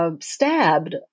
stabbed